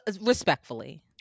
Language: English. respectfully